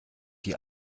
die